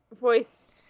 voiced